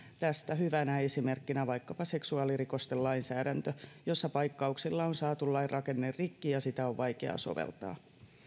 tästä on hyvänä esimerkkinä vaikkapa seksuaalirikosten lainsäädäntö jossa paikkauksilla on saatu lain rakenne rikki ja sitä on vaikea soveltaa